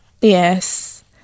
Yes